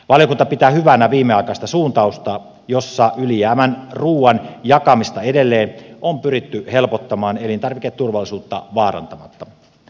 valiokunta pitää hyvänä viimeaikaista suuntausta jossa ylijäävän ruuan jakamista edelleen on pyritty helpottamaan elintarviketurvallisuutta vaarantamatta